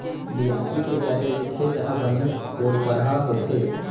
बियासी के करे ले खेत ह बने पोलपरहा होथे